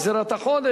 גזירת החודש,